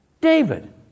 David